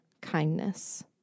kindness